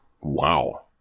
Wow